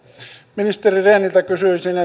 ministeri rehniltä kysyisin